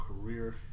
career